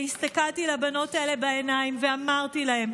הסתכלתי לבנות האלה בעיניים ואמרתי להן: